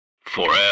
Forever